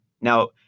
Now